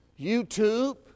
YouTube